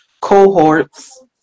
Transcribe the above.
cohorts